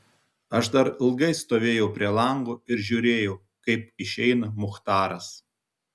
aš dar ilgai stovėjau prie lango ir žiūrėjau kaip išeina muchtaras